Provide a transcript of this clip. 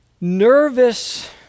nervous